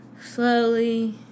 slowly